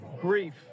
Grief